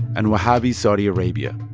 and wahhabi saudi arabia.